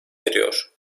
eriyor